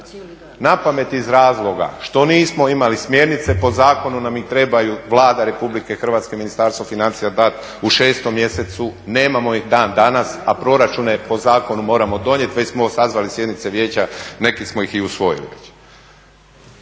Napamet iz razloga što nismo imali smjernice, po zakonu nam ih trebaju, Vlada Republike Hrvatske, Ministarstvo financija dati u 6. mjesecu, nemamo ih dan danas, a proračune po zakonu moramo donijeti, već smo sazvali sjednice vijeća, neke smo ih i usvojili